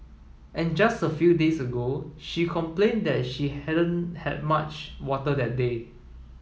and just a few days ago she complained that she hadn't had much water that day